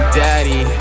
daddy